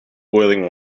boiling